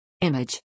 Image